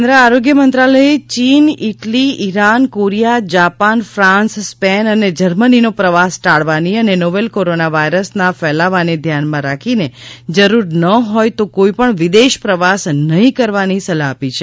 કેન્દ્ર આરોગ્ય મંત્રાલયે ચીન Italy Iran Korea Japan France Spain અને જર્મનીનો પ્રવાસ ટાળવાની અને નોવેલ કોરોનાવાયરસના ફેલાવાને ધ્યાનમાં રાખીને જરૂર ન હોય તો કોઇપણ વિદેશ પ્રવાસ નહી કરવાની સલાફ આપી છે